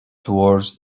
toward